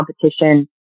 competition